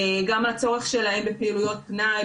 גם הצורך שלהם בפעילויות פנאי,